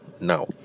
now